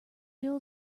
till